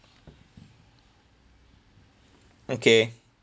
okay